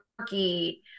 turkey